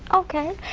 okay.